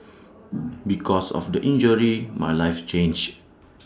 because of the injury my life changed